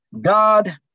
God